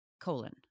Colon